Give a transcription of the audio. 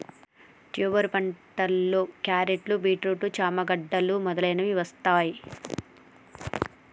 tuber పంటలో క్యారెట్లు, beetroot, చామ గడ్డలు మొదలగునవి వస్తాయ్